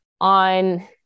on